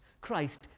Christ